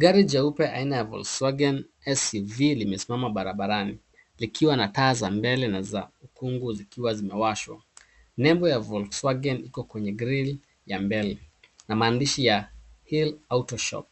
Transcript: Gari jeupe aina ya Volkswagen SUV, limesimama barabarani likiwa na taa za mbele na za ukungu zikiwa zimewashwa. Nembo ya Volkswagen iko kwenye grill ya mbele na maandishi ya Hill Auto Shop